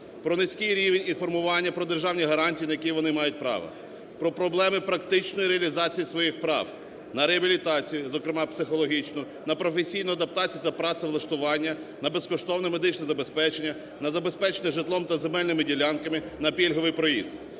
про низький рівень і формування, про державні гарантії, на які вони мають право, про проблеми практичної реалізації своїх прав, на реабілітацію, зокрема психологічну, на професійну адаптацію та працевлаштування, на безкоштовне медичне забезпечення, на забезпечення житлом та земельними ділянками, на пільговий проїзд.